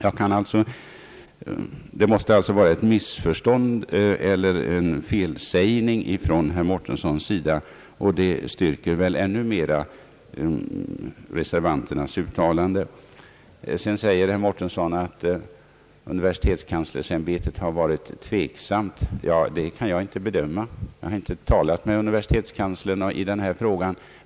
Det måste alltså här vara fråga om ett missförstånd eller en felsägning från herr Mårtenssons sida, och detta styrker väl ännu mera reservanternas uttalande. Så säger herr Mårtensson att universitetskanslersämbetet varit tveksamt. Ja, det kan jag inte bedöma — jag har inte talat med universitetskanslern i frågan.